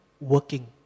working